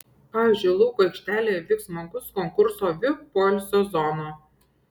pavyzdžiui lauko aikštelėje vyks smagus konkursas vip poilsio zona